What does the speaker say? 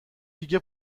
دیگه